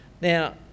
now